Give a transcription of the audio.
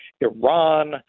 Iran